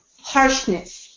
harshness